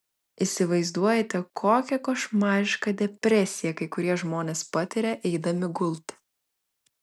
įsivaizduojate kokią košmarišką depresiją kai kurie žmonės patiria eidami gulti